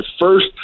first